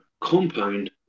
compound